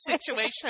situation